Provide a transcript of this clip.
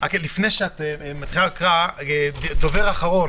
לפני שאת מתחילה בהקראה דובר אחרון